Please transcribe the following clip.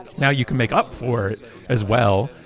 now you can make up for it as well,